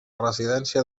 residència